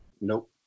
Nope